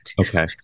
okay